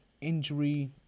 injury